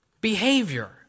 behavior